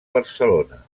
barcelona